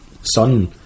son